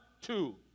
two